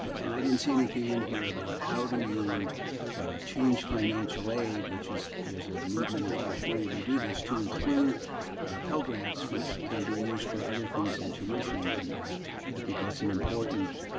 but and i didn't see anything in here about how do you change financial aid, which is, there's a movement in california to do this, to include pell grants, which can be used for other things than tuition, and i think that's an important